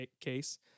case